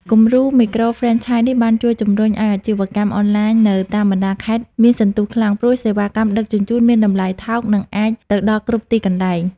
គំរូមីក្រូហ្វ្រេនឆាយនេះបានជួយជំរុញឱ្យអាជីវកម្មអនឡាញនៅតាមបណ្ដាខេត្តមានសន្ទុះខ្លាំង ព្រោះសេវាកម្មដឹកជញ្ជូនមានតម្លៃថោក និងអាចទៅដល់គ្រប់ទីកន្លែង។